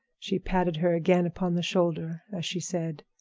she patted her again upon the shoulder as she said